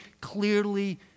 clearly